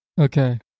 okay